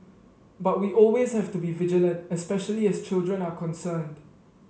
but we always have to be vigilant especially as children are concerned